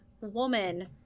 woman